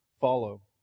follow